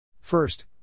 First